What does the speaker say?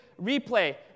replay